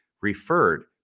referred